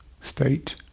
state